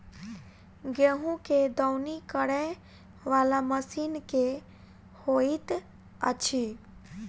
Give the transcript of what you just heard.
गेंहूँ केँ दौनी करै वला मशीन केँ होइत अछि?